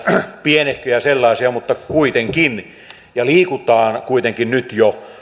pienehköjä sellaisia mutta kuitenkin nyt liikutaan kuitenkin jo